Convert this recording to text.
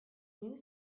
new